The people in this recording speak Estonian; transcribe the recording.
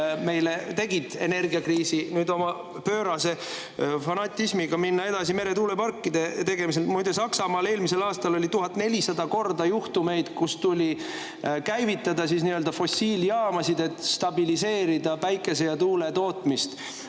meile tegid energiakriisi, nüüd oma pöörase fanatismiga minna edasi meretuuleparkide tegemisel. Muide, Saksamaal eelmisel aastal oli 1400 juhtumit, kus tuli käivitada fossiiljaamad, et stabiliseerida päikese- ja tuuletootmist.